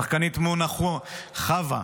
השחקנית מונא חוא: "הם